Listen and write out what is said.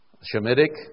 Shemitic